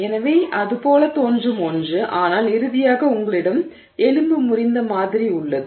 எனவே அது போல் தோன்றும் ஒன்று ஆனால் இறுதியாக உங்களிடம் எலும்பு முறிந்த மாதிரி உள்ளது